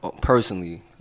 personally